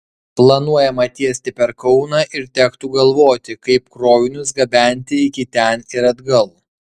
planuojama tiesti per kauną ir tektų galvoti kaip krovinius gabenti iki ten ir atgal